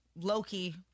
Loki